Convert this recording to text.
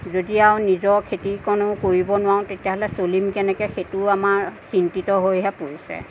যদি আৰু নিজৰ খেতিকণো কৰিব নোৱাৰো তেতিয়া হ'লে চলিম কেনেকৈ সেইটো আমাৰ চিন্তিত হৈহে পৰিছে